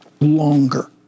longer